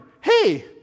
hey